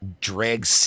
drag